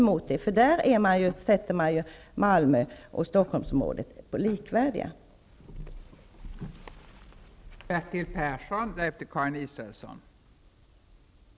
Kommittén betraktar ju Malmö och Stockholm som likvärdiga områden.